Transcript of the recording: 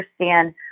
understand